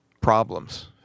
problems